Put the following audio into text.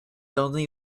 only